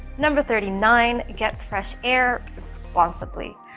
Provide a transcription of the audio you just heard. number thirty nine get fresh air responsibly.